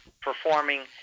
performing